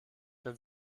dann